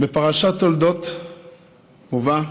בפרשת תולדות מובא: